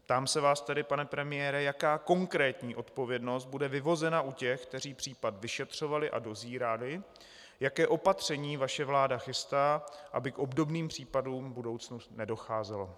Ptám se vás tedy, pane premiére, jaká konkrétní odpovědnost bude vyvozena u těch, kteří případ vyšetřovali a dozírali, jaká opatření vaše vláda chystá, aby k obdobným případům v budoucnu nedocházelo.